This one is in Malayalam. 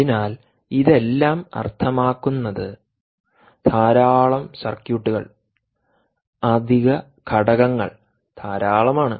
അതിനാൽ ഇതെല്ലാം അർത്ഥമാക്കുന്നത് ധാരാളം സർക്യൂട്ടുകൾ അധിക ഘടകങ്ങൾ ധാരാളമാണ്